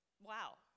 Wow